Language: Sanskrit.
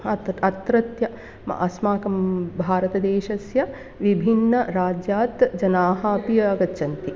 आतत् अत्रत्य म अस्माकं भारतदेशस्य विभिन्न राज्यात् जनाः अपि आगच्छन्ति